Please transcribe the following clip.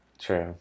True